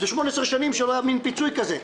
זה 18 שנים שלא היה מין פיצוי כזה,